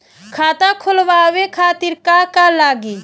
खाता खोलवाए खातिर का का लागी?